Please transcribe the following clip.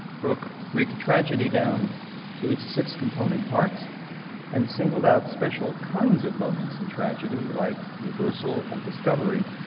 broke greek tragedy down to its six component parts and singled out special kinds of moments in tragedy, like reversal and discovery,